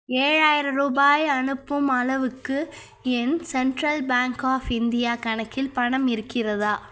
ஏழாயிரம் ரூபாய் அனுப்பும் அளவுக்கு என் சென்ட்ரல் பேங்க் ஆஃப் இந்தியா கணக்கில் பணம் இருக்கிறதா